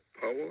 power